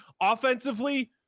offensively